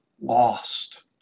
lost